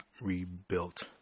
rebuilt